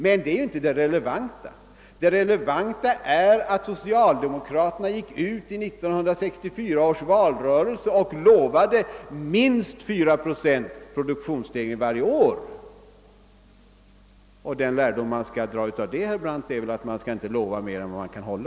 Men det relevanta i sammanhanget är att socialdemokraterna gick ut i 1964 års valrörelse och lovade minst 4 procents produktionsstegring varje år. Den lärdom vi kan dra av detta, herr Brandt, är väl att man inte skall lova mer än man kan hålla.